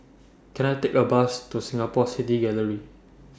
Can I Take A Bus to Singapore City Gallery